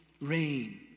rain